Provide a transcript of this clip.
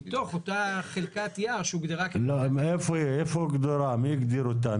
מתוך אותה חלקת יער שהוגדרה --- מי הגדיר אותה?